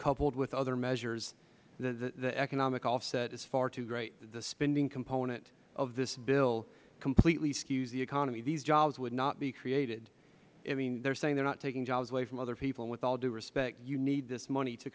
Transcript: coupled with other measures the economic offset is far too great the spending component of this bill completely skews the economy these jobs would not be created they are saying they are not taking jobs away from other people and with all due respect you need this money to